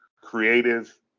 creative